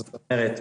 זאת אומרת,